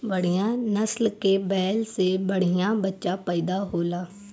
बढ़िया नसल के बैल से बढ़िया बच्चा पइदा होला